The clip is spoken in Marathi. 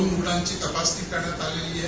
दोन रुग्णांची तपासणी करण्यात आली आहे